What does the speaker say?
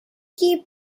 keep